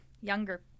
younger